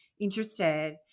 interested